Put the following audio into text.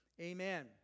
amen